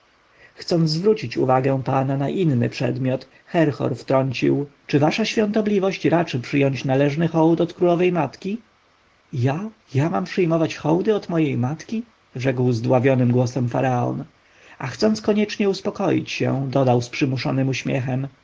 chcąc zwrócić uwagę pana na inny przedmiot herhor wtrącił czy wasza świątobliwość raczy przyjąć należny hołd od królowej matki ja ja mam przyjmować hołdy od mojej matki rzekł zdławionym głosem faraon a chcąc koniecznie uspokoić się dodał z przymuszonym uśmiechem